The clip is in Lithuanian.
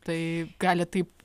tai gali taip